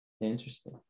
Interesting